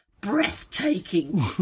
breathtaking